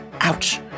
Ouch